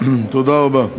תודה רבה.